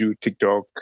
TikTok